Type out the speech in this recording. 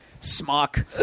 smock